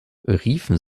riefen